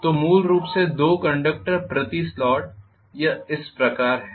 तो मूल रूप से 2 कंडक्टर प्रति स्लॉट यह इस प्रकार है